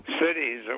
cities